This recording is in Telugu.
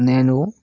నేను